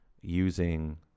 using